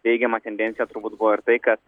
teigiama tendencija turbūt buvo ir tai kad